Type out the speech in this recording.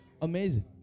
Amazing